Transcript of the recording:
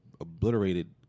obliterated